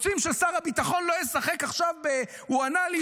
רוצים ששר הביטחון לא ישחק עכשיו ב"הוא ענה לי,